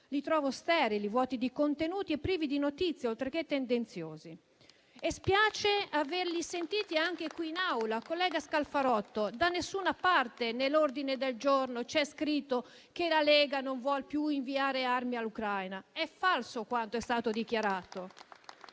Li trovo sterili, vuoti di contenuti e privi di notizie, oltre che tendenziosi. E spiace anche quanto sentito qui in Aula. Collega Scalfarotto, da nessuna parte nell'ordine del giorno c'è scritto che la Lega non vuole più inviare armi all'Ucraina. È falso quanto è stato dichiarato.